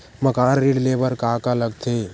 मकान ऋण ले बर का का लगथे?